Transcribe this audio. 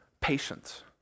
patience